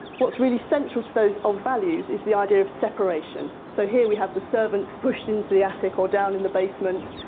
what's really central to those old values is the idea of separation. so here we have the servants pushed into the attic or down in the basement,